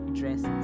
dress